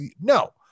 No